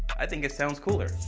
i think it sounds cooler.